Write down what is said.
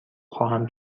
خواهم